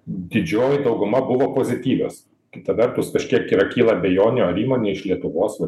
didžioji dauguma buvo pozityvios kita vertus kažkiek ir kyla abejonių ar įmonė iš lietuvos